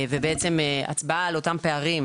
והצבעה על אותם פערים,